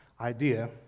idea